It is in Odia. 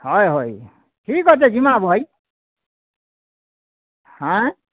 ହଏ ହଏ ଠିକ୍ ଅଛି ଯିବାଁ ଭାଇ ହାଁ